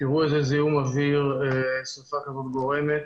תראו איזה זיהום אויר שריפה כזאת גורמת.